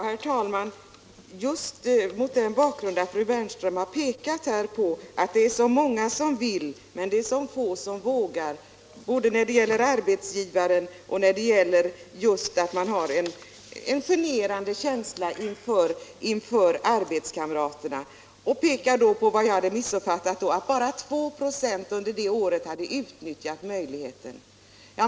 Herr talman! Fru Bernström sade att jag missuppfattat uppgiften om att bara 2 26 av männen under det aktuella året hade utnyttjat möjligheterna. Men detta har ju också skett mot bakgrund av de förhållanden som föreligger: det är få som gentemot arbetsgivaren vågar utnyttja sina möjligheter. Inför sina arbetskamrater har de också hämmats av en generande känsla.